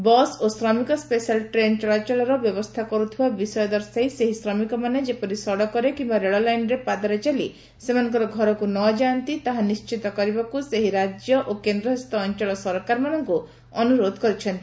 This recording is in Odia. ପାଇଁ ବସ୍ ଓ ଶ୍ରମିକ ସ୍ୱେଶାଲ୍ ଟ୍ରେନ୍ ଚଳାଚଳର ବ୍ୟବସ୍ଥା କରୁଥିବା ବିଷୟ ଦର୍ଶାଇ ସେହି ଶ୍ରମିକମାନେ ଯେପରି ସଡ଼କରେ କିମ୍ବା ରେଳଲାଇନରେ ପାଦରେ ଚାଲି ସେମାନଙ୍କର ଘରକୁ ନ ଯାଆନ୍ତି ତାହା ନିଶ୍ଚିତ କରିବାକୁ ସେହି ରାଜ୍ୟ ଓ କେନ୍ଦ୍ରଶାସିତ ଅଞ୍ଚଳ ସରକାରମାନଙ୍କୁ ଅନୁରୋଧ କରିଛନ୍ତି